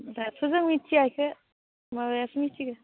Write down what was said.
दाथ' जों मिथिया इखो माबायासो मिथिगो